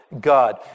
God